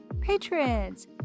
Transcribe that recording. patrons